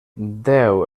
deu